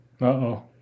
Uh-oh